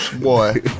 Boy